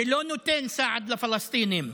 שלא נותן סעד לפלסטינים,